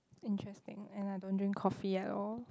interesting and I don't drink coffee at all